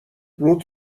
روت